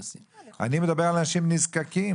אני מדבר על אנשים נזקקים.